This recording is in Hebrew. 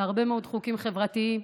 להרבה מאוד חוקים חברתיים,